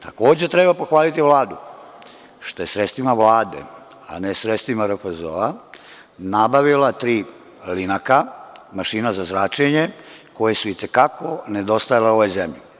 Takođe, treba pohvaliti Vladu, što je sredstvima Vlade, a ne sredstvima RFZO-a, nabavljena tri LINAK , mašina za zračenje koje su i te kako nedostajale ovoj zemlji.